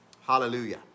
Hallelujah